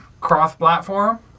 cross-platform